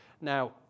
Now